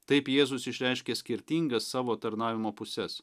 taip jėzus išreiškia skirtingas savo tarnavimo puses